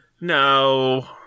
No